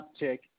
uptick